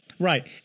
Right